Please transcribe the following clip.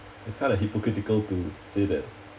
it's kinda hypocritical to say that